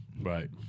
right